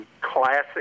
classic